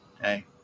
hey